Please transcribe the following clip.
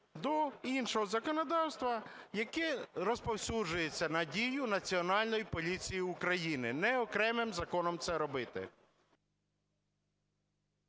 до іншого законодавства, яке розповсюджується на дію Національної поліції України. Не окремим законом це робити.